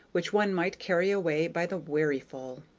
which one might carry away by the wherryful.